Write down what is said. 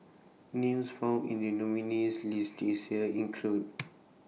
Names found in The nominees' list This Year include